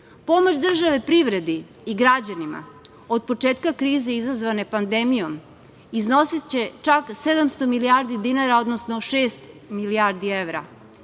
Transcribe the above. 25%.Pomoć države privredi i građanima od početka krize izazvane pandemijom iznosiće čak 700 milijardi dinara, odnosno šest milijardi evra.